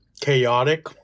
chaotic